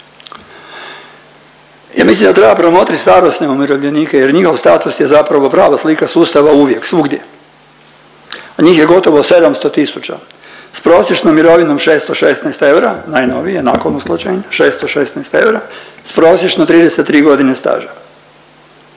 Ja mislim da treba promotrit starosne umirovljenike jer njihov status je zapravo prava slika sustava uvijek, svugdje, a njih je gotovo 700 tisuća s prosječnom mirovinom 616 eura najnovije nakon usklađenja 616 eura s prosječno 33 godine staža.